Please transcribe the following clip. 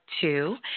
two